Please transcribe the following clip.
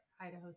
Idaho